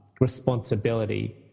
responsibility